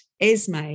Esme